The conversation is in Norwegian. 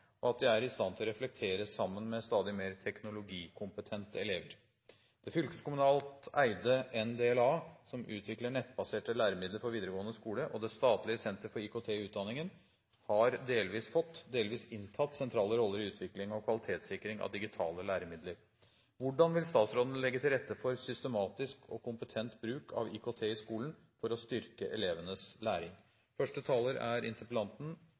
slik at de opplever den som et nyttig supplement, og at de er i stand til å reflektere sammen med stadig mer teknologikompetente elever. Hvordan vil statsråden legge til rette for systematisk og kompetent bruk av IKT i skolen for å styrke elevenes læring?